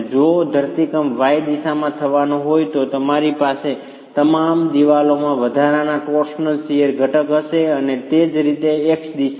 જો ધરતીકંપ y દિશામાં થવાનો હોય તો તમારી પાસે તમામ દિવાલોમાં વધારાના ટોર્સનલ શીયર ઘટક હશે અને તે જ રીતે x દિશામાં